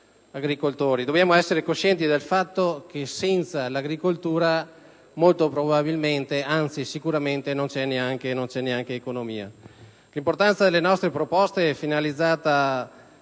Dobbiamo essere coscienti del fatto che senza l'agricoltura molto probabilmente, anzi sicuramente, non ci sarebbe neanche economia. Le nostre proposte sono finalizzate